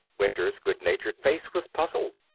winter's good-natured face was puzzled.